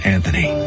Anthony